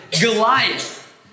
Goliath